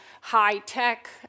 high-tech